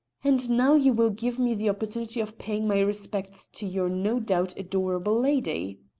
and now you will give me the opportunity of paying my respects to your no doubt adorable lady.